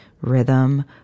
rhythm